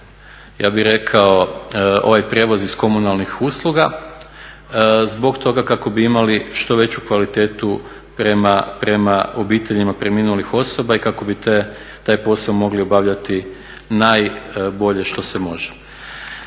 ja bih rekao ovaj prijevoz iz komunalnih usluga zbog toga kako bi imali što veću kvalitetu prema obiteljima preminulih osoba i kako bi taj posao mogli obavljati najbolje što se može.